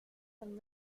than